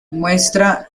muestra